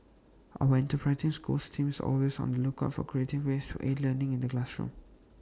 our enterprising schools team is always on the lookout for creative ways to aid learning in the classroom